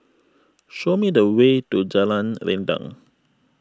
show me the way to Jalan Rendang